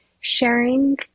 sharing